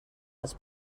als